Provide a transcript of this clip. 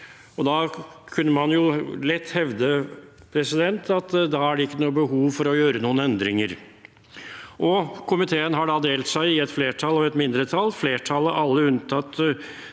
Da kunne man lett hevde at det ikke er behov for å gjøre noen endringer. Komiteen har delt seg i et flertall og et mindretall. Flertallet, alle unntatt